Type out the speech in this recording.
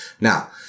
Now